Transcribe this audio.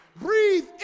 Breathe